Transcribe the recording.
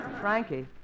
Frankie